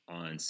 on